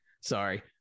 sorry